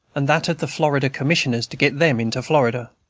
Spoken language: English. and that of the florida commissioners to get them into florida.